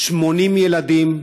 80 ילדים,